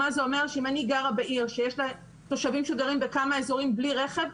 זה אומר שאם אני גרה בעיר שיש לה תושבים שגרים בכמה אזורים והם בלי רכב,